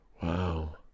Wow